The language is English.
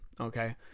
okay